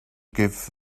give